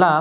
ला